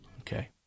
Okay